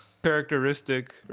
characteristic